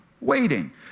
waiting